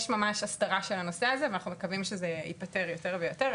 יש ממש הסתרה של הנושא הזה ואנחנו מקווים שזה ייפתר יותר ויותר,